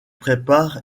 prépare